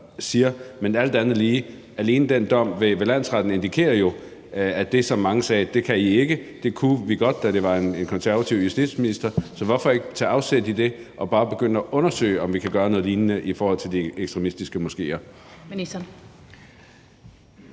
Men alt andet lige indikerer alene den dom ved landsretten jo, at det, som mange sagde vi ikke kunne, kunne vi godt, da der var en konservativ justitsminister. Så hvorfor ikke tage afsæt i det og bare begynde at undersøge, om vi kan gøre noget lignende i forhold til de ekstremistiske moskéer?